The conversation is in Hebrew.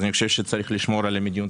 אני חושב שצריך לשמור על המדיניות